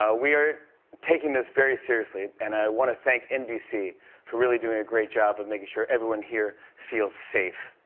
ah we are taking this very seriously. and i want to thank nbc for really doing a great job of making sure everyone here feels safe.